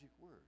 word